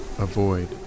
avoid